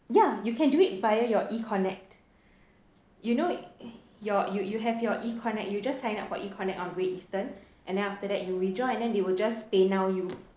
ya you can do it via your E-connect you know you're you you have your E-connect you just sign up for E-connect of Great Eastern and then after that you withdraw then they will just PayNow you